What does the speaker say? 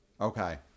Okay